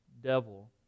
devil